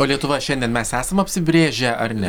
o lietuva šiandien mes esame apsibrėžę ar ne